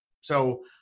So-